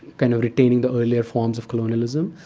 kind of retaining the earlier forms of colonialism.